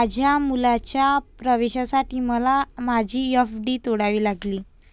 माझ्या मुलाच्या प्रवेशासाठी मला माझी एफ.डी तोडावी लागली